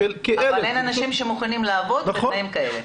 אבל אין אנשים שמוכנים לעבוד בתנאים כאלה.